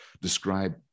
describe